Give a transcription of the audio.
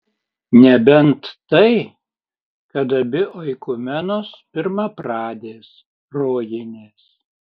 nebent tai kad abi oikumenos pirmapradės rojinės